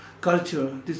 culture